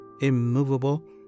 immovable